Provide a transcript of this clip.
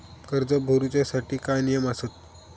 कर्ज भरूच्या साठी काय नियम आसत?